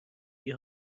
این